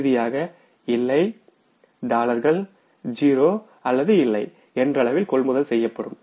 இறுதியாக இல்லை டாலர்கள் 0 அல்லது இல்லை என்றளவில் கொள்முதல் செய்யப்படும்